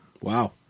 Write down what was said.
Wow